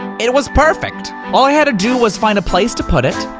it it was perfect! all i had to do was find a place to put it,